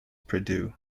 prideaux